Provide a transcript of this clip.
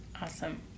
Awesome